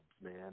man